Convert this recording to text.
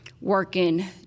working